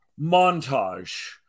montage